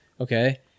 Okay